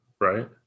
right